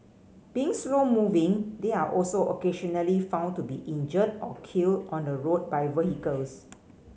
being slow moving they are also occasionally found to be injured or killed on the road by vehicles